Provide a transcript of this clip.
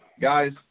guys